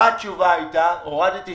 בתי החולים השיקומיים העצמאיים הם חלק מרצף